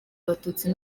abatutsi